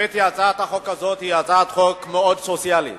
הצעת החוק הזאת היא הצעת חוק מאוד סוציאלית.